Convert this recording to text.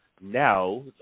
now